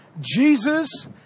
Jesus